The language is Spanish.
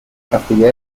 pastilla